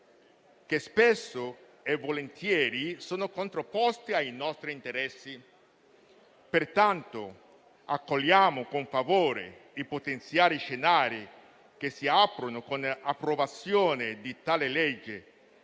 che - spesso e volentieri - sono contrapposti ai nostri interessi. Pertanto, accogliamo con favore i potenziali scenari che si aprono con l'approvazione di tale legge,